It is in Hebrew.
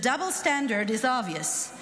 The double standard is obvious.